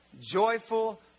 joyful